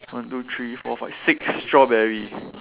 one two three four five six strawberry